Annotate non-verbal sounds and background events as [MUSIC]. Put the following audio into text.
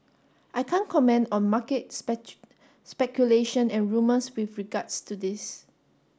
I can't comment on market [UNINTELLIGIBLE] speculation and rumours with regards to this